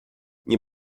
nie